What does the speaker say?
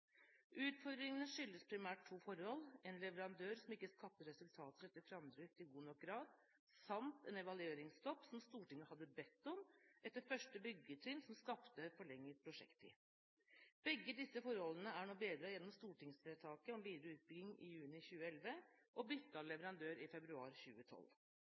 Utfordringene skyldes primært to forhold, en leverandør som ikke skapte resultater etter framdrift i god nok grad, samt en evalueringsstopp, som Stortinget hadde bedt om, etter første byggetrinn, som skapte forlenget prosjekttid. Begge disse forholdene er nå bedret gjennom stortingsvedtaket om videre utbygging i juni 2011 og bytte av leverandør i februar 2012.